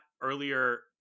earlier